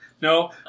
No